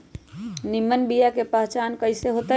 निमन बीया के पहचान कईसे होतई?